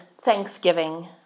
thanksgiving